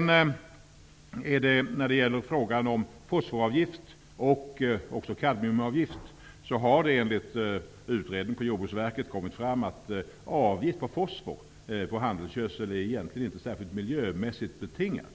När det gäller fosforavgift och kadmiumavgift har utredningen på Jordbruksverket kommit fram till att avgiften på handelsgödselfosfor egentligen inte är särskilt miljömässigt betingad.